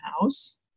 house